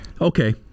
Okay